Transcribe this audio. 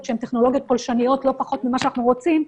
שהן פולשניות לא פחות ממה שאנחנו רוצים.